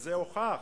וזה הוכח.